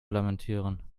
lamentieren